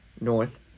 north